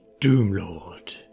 Doomlord